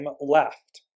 left